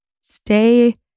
Stay